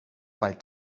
bald